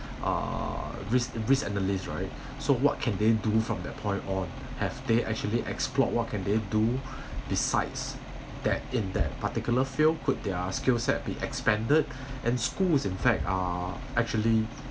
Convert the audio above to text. uh risk risk analyst right so what can they do from that point on have they actually explored what can they do besides that in that particular field could their skill set be expanded and schools in fact uh actually